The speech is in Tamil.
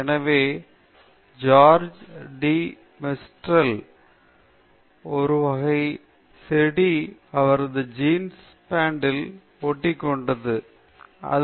எனவே ஜார்ஜ் டி மெஸ்டல் காகுல்புர்ஸ் என்ற ஒருவகை செடி அவரது ஜீன்ஸ் பேண்ட்டில் ஒட்டிகொணட்து